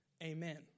Amen